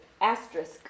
asterisk